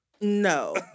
No